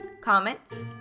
comments